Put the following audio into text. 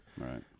right